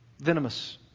Venomous